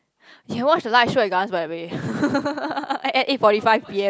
you watch the light show at Gardens-by-the-Bay at eight forty five P_M